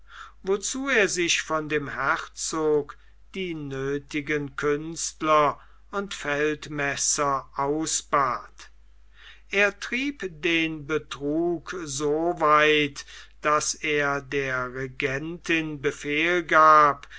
wozu er sich von dem herzog die nöthigen künstler und feldmesser ausbat er trieb den betrug so weit daß er der regentin befehl gab